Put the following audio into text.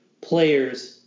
players